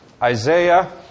Isaiah